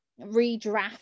redraft